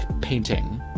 painting